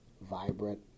vibrant